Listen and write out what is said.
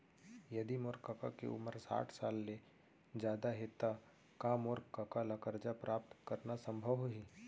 यदि मोर कका के उमर साठ साल ले जादा हे त का मोर कका ला कर्जा प्राप्त करना संभव होही